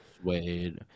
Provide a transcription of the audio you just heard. suede